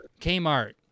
Kmart